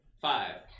Five